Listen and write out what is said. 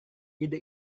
ide